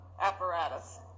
apparatus